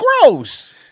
gross